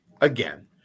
again